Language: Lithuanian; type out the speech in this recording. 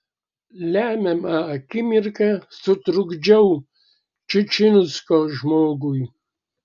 lemiamą akimirką sutrukdžiau čičinsko žmogui